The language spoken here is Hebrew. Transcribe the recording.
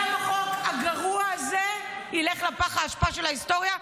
גם החוק הגרוע הזה ילך לפח האשפה של ההיסטוריה,